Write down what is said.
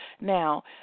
Now